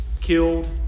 killed